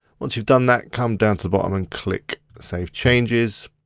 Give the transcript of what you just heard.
once you've done that, come down to the bottom and click save changes.